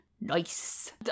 Nice